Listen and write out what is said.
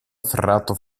afferrato